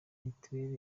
mitiweli